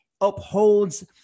upholds